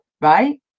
right